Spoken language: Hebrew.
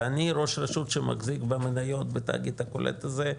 ואני ראש רשות שמחזיק במניות בתאגיד הקולט הזה,